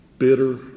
bitter